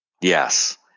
Yes